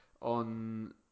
on